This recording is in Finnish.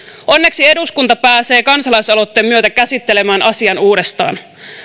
onneksi eduskunta pääsee kansalaisaloitteen myötä käsittelemään asiaa uudestaan